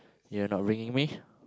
your not bringing me